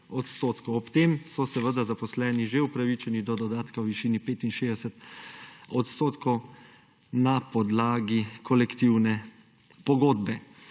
Ob tem so seveda zaposleni že upravičeni do dodatka v višini 65 odstotkov na podlagi kolektivne pogodbe.